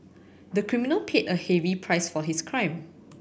the criminal paid a heavy price for his crime